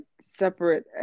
separate